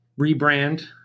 rebrand